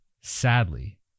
Sadly